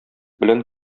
белән